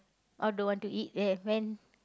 all don't want to eat then when